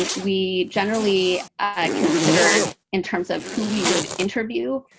we generally considered, in terms of who we would interview,